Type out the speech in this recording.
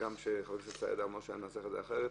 הגם שחבר הכנסת סידה אמר שננסח את זה אחרת,